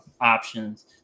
options